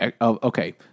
Okay